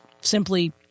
simply